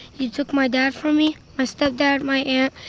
you took my dad from me, my stepdad, my aunt,